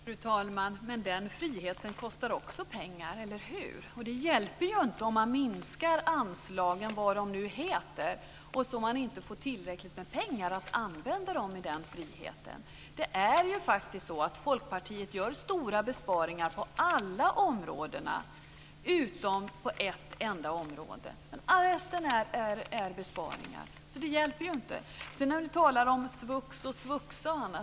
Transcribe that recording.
Fru talman! Men den friheten kostar också pengar, eller hur? Och det hjälper ju inte om man minskar anslagen, vad de nu heter, och om man inte får tillräckligt med pengar att använda till den friheten. Folkpartiet gör faktiskt stora besparingar på alla områden utom på ett enda område. Men på alla andra områden gör de besparingar. Runar Patriksson talar om svux och svuxa och annat.